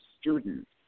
students